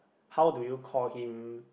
how do you call him